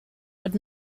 would